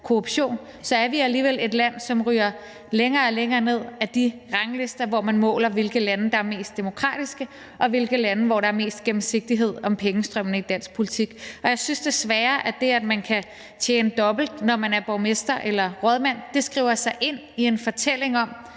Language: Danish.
korruption, så er vi alligevel et land, som ryger længere og længere ned ad de ranglister, hvor man måler, hvilke lande der er mest demokratiske, og hvilke lande der har mest gennemsigtighed i forhold til pengestrømmene i politik. Jeg synes desværre, at det, at man kan tjene dobbelt, når man er borgmester eller rådmand, skriver sig ind i en fortælling om,